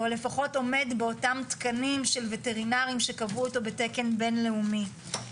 או לפחות עומד באותם תקנים של וטרינרים שקבעו אותו בתקן בין-לאומי.